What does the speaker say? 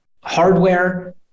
hardware